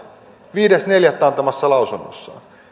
viides neljättä antamassaan lausunnossa